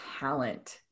talent